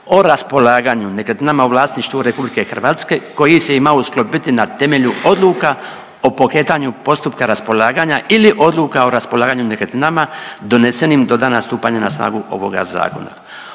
o raspolaganju nekretninama u vlasništvu RH koji se ima usklopiti na temelju odluka o pokretanju postupka raspolaganja ili odluka o raspolaganju nekretninama donesen do dana stupanja na snagu ovoga Zakona.